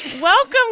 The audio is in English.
Welcome